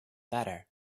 better